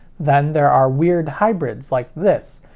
then there are weird hybrids like this.